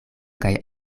kaj